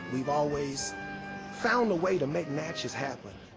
we've always found a way to make natchez happen.